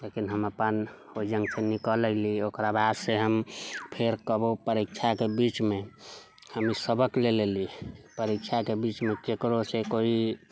लेकिन हम अपन ओहिजङ्गसँ निकलि अयलीह ओकरा बादसँ हम फेर कबहु परीक्षाके बीचमे हम ई सबक ले लेलीह परीक्षाके बीचमे ककरोसँ कोइ